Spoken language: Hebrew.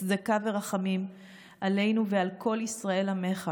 צדקה ורחמים עלינו ועל כל ישראל עמך,